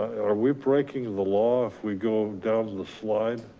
are we breaking the law if we go down to the slide?